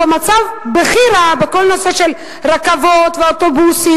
מצבנו בכי רע בכל הנושא של רכבות ואוטובוסים.